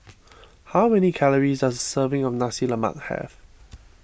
how many calories does a serving of Nasi Lemak have